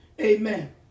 Amen